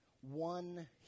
One